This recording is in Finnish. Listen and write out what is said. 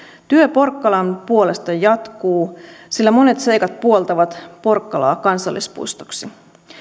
työ porkkalan puolesta jatkuu sillä monet seikat puoltavat porkkalaa kansallispuistoksi